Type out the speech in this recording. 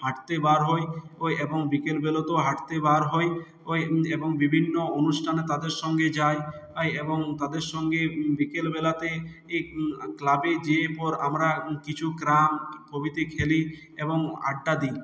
হাঁটতে বার হই ওই এবং বিকেলবেলাতেও হাঁটতে বার হই ওই এবং বিভিন্ন অনুষ্ঠানে তাদের সঙ্গে যাই এবং তাদের সঙ্গে বিকেলবেলাতে এ ক্লাবে যেয়ে পর আমরা কিছু ক্রাম প্রভৃতি খেলি এবং আড্ডা দিই